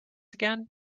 again